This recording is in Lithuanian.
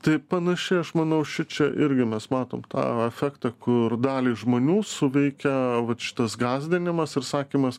tai panaši aš manau šičia irgi mes matom tą efektą kur daliai žmonių suveikia vat šitas gąsdinimas ir sakymas